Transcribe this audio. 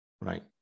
Right